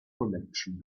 connection